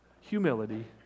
humility